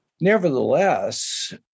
Nevertheless